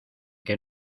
que